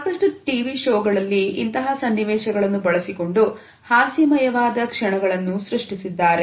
ಸಾಕಷ್ಟು ಟಿವಿ ಶೋಗಳಲ್ಲಿ ಇಂತಹ ಸನ್ನಿವೇಶಗಳನ್ನು ಬಳಸಿಕೊಂಡು ಹಾಸ್ಯಮಯವಾದ ಕ್ಷಣಗಳನ್ನು ಸೃಷ್ಟಿಸಿದ್ದಾರೆ